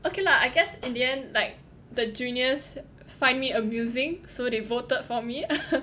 okay lah I guess in the end like the juniors find me amusing so they voted for me